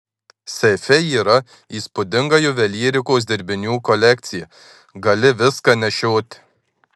seife yra įspūdinga juvelyrikos dirbinių kolekcija gali viską nešioti